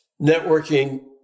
networking